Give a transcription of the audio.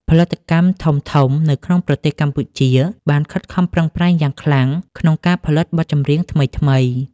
ផលិតកម្មធំៗនៅក្នុងប្រទេសកម្ពុជាបានខិតខំប្រឹងប្រែងយ៉ាងខ្លាំងក្នុងការផលិតបទចម្រៀងថ្មីៗ។